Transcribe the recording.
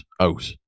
out